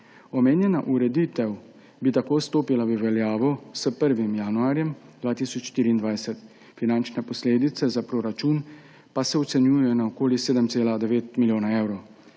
Omenjena ureditev bi tako stopila v veljavo s 1. januarjem 2024. Finančne posledice za proračun se ocenjujejo na okoli 7,9 milijona evrov.